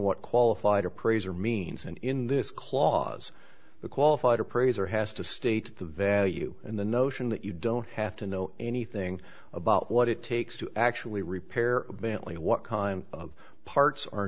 what qualified appraiser means and in this clause the qualified appraiser has to state the value and the notion that you don't have to know anything about what it takes to actually repair a bentley what kind of parts